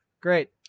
great